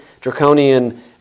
draconian